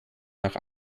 nach